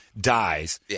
dies